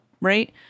right